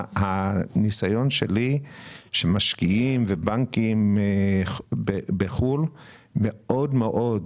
הניסיון שלי מראה שמשקיעים ובנקים בחוץ לארץ